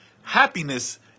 Happiness